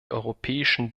europäischen